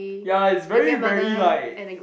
ya is very very like